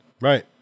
Right